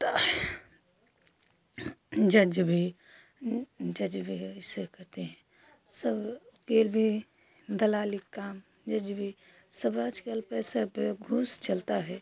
ता जज भी ऊं जज भी हो ऐसे करते हैं सब वक़ील भी दलाली के काम जज भी सब आज कल पैसा पर घूस चलती है